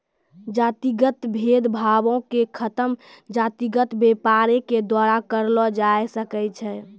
जातिगत भेद भावो के खतम जातिगत व्यापारे के द्वारा करलो जाय सकै छै